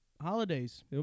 holidays